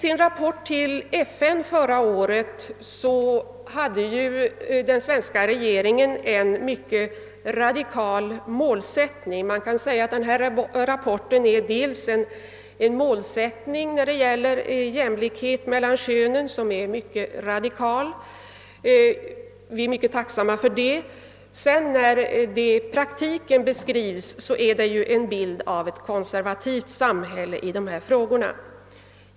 En rapport till FN förra året från den svenska regeringen innehöll delvis en målsättning i fråga om jämlikhet mellan könen som är mycket radikal. Vi är mycket tacksamma för det. Men i praktiken beskrivs ett samhälle som är konservativt i dessa frågor.